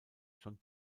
schon